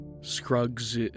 Scruggs